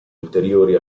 ulteriori